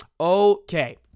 Okay